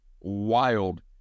wild